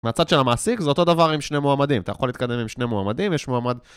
מהצד של המעסיק, זה אותו דבר עם שני מועמדים. אתה יכול להתקדם עם שני מועמדים, יש מועמד...